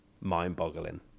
mind-boggling